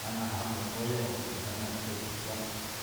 Jana jamu toya', wa'kutyä jana tyotzyäjkyaj,